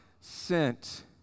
sent